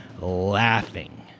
laughing